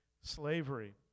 slavery